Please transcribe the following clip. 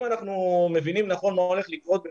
אם אנחנו מבינים נכון מה הולך לקרות,